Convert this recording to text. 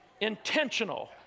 intentional